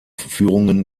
führungen